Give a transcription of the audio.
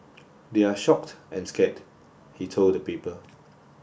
they're shocked and scared he told the paper